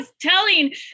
telling